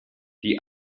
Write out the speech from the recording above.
die